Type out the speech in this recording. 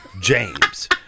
James